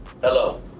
Hello